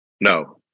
No